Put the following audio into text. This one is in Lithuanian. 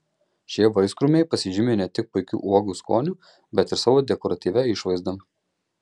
šie vaiskrūmiai pasižymi ne tik puikiu uogų skoniu bet ir savo dekoratyvia išvaizda